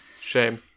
Shame